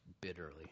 bitterly